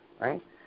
right